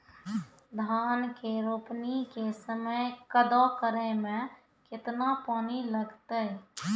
धान के रोपणी के समय कदौ करै मे केतना पानी लागतै?